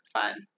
Fun